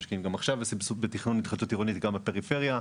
גם בסבסוד התחדשות עירונית בפריפריה,